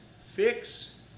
Fix